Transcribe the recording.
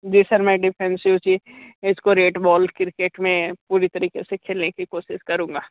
जी sir मैं defensive जी इसको रेड बॉल क्रिकेट में पूरे तरीके से खेलने की कोशिश करूँगा